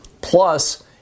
Plus